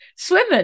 swimming